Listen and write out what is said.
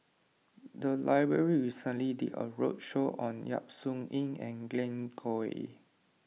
the library recently did a roadshow on Yap Su Yin and Glen Goei